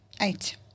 eight